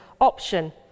option